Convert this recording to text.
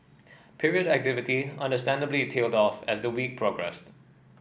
period activity understandably tailed off as the week progressed